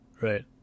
right